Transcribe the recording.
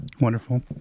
Wonderful